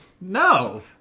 No